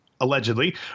allegedly